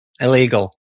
Illegal